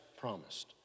promised